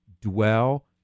dwell